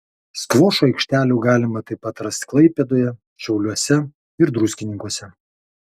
skvošo aikštelių galima taip pat rasti klaipėdoje šiauliuose ir druskininkuose